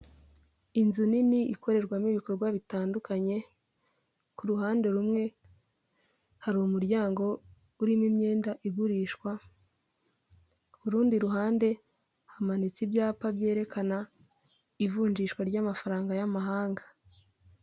Inzu nini ikorerwamo ibikorwa bitandukanye ku ruhande rumwe hari umuryango urimo imyenda igurishwa ku rundi ruhande hamanitse ibyapa byerekana ivunjishwa ry'amafaranga y'amahanga.